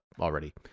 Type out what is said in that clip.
already